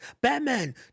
Batman